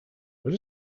what